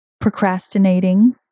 procrastinating